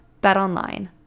BetOnline